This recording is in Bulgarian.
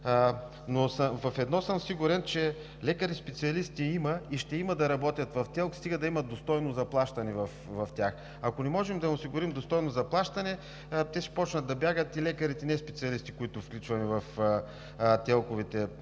В едно съм сигурен: че лекари и специалисти има и ще има да работят в ТЕЛК, стига да имат достойно заплащане в тях. Ако не можем да им осигурим достойно заплащане, ще започнат да бягат и лекарите неспециалисти, които включваме в ТЕЛК-овите